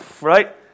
right